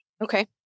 Okay